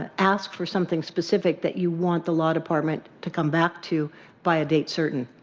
ah ask for something specific that you want the law department to come back to by a date certain?